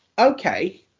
Okay